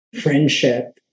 friendship